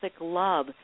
Love